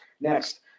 Next